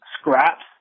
scraps